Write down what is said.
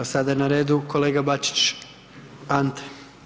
Sada je na redu kolega Bačić Ante.